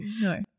No